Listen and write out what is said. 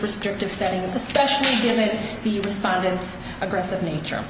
restrictive setting especially given the respondents aggressive nature